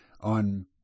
on